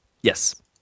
Yes